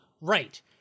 right